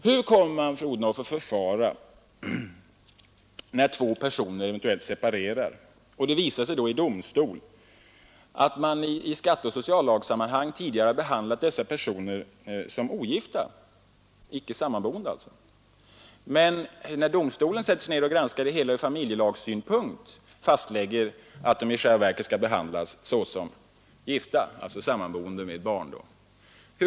Hur kommer man, fru Odhnoff, att förfara när två personer eventuellt separerar och det visar sig då i domstol att man i skatteoch sociallagssammanhang tidigare har behandlat dessa personer som ogifta, dvs. icke sammanboende, men domstolen vid granskning av frågan ur familjelagssynpunkt fastlägger att de i själva verket skall behandlas som gifta, alltså sammanboende med barn?